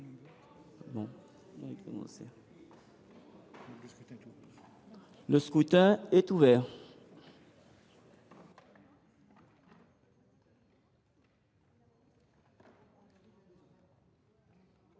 Le scrutin est ouvert.